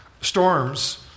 storms